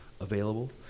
available